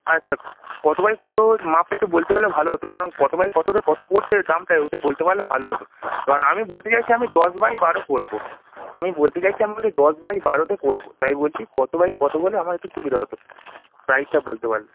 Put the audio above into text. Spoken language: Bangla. আচ্ছা কতো বাই কতো যো মাপ একটু বলতে পারলে ভালো হতো কারণ কতো বাই কতোতে কতো পড়ছে দামটা ওইটা বলতে পারলে ভালো হতো কারণ আমি বলতে চাইছি আমি দশ বাই বারো করবো আমি বলতে চাইছি আমি দশ বাই বারোতে করবো তাই বলছি কতো বাই কতো বলে আমার একটু সুবিধা হতো প্রাইসটা বলতে পারলে